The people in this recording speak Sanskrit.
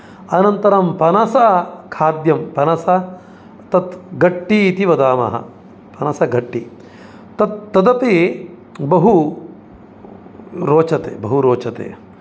अनन्तरं पनसखाद्यं पनस तत् घट्टि इति वदामः पनसघट्टि तत् तदपि बहु रोचते बहु रोचते